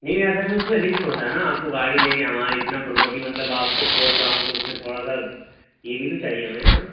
نہیں اصل میں اس میں رکس ہوتا ہے نا آپ کو گاڑی دیں گے ہمارا اتنا پراپرٹی مطلب آپ کو سونپ رہا ہوں تو اس میں تھوڑا سا یہ بھی تو چاہیے ہمیں نا